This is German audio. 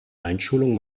einschulung